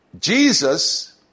Jesus